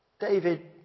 David